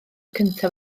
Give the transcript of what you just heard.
cyntaf